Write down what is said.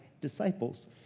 disciples